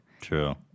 True